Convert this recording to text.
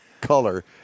color